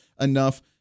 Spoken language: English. enough